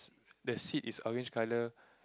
the seat is orange colour